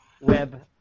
web